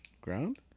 Ground